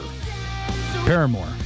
Paramore